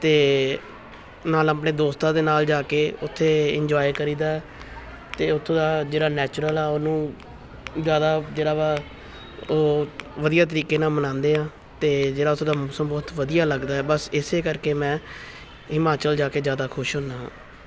ਅਤੇ ਨਾਲ ਆਪਣੇ ਦੋਸਤਾਂ ਦੇ ਨਾਲ ਜਾ ਕੇ ਉੱਥੇ ਇੰਜੋਏ ਕਰੀਦਾ ਅਤੇ ਉੱਥੋਂ ਦਾ ਜਿਹੜਾ ਨੈਚੁਰਲ ਆ ਉਹਨੂੰ ਜ਼ਿਆਦਾ ਜਿਹੜਾ ਵਾ ਉਹ ਵਧੀਆ ਤਰੀਕੇ ਨਾਲ ਮਨਾਉਂਦੇ ਆ ਅਤੇ ਜਿਹੜਾ ਉੱਥੇ ਦਾ ਮੌਸਮ ਬਹੁਤ ਵਧੀਆ ਲੱਗਦਾ ਬਸ ਇਸੇ ਕਰਕੇ ਮੈਂ ਹਿਮਾਚਲ ਜਾ ਕੇ ਜ਼ਿਆਦਾ ਖੁਸ਼ ਹੁੰਦਾ ਹਾਂ